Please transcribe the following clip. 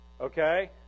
Okay